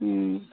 हूँ